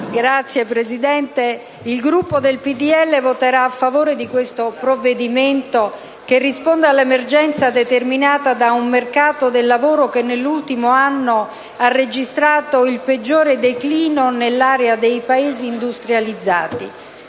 Signor Presidente, il Gruppo del PdL voterà a favore di questo provvedimento, che risponde all'emergenza determinata da un mercato del lavoro che, nell'ultimo anno, ha registrato il peggiore declino nell'area dei Paesi industrializzati.